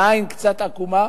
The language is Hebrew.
בעין קצת עקומה.